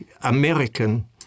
American